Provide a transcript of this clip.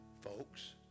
folks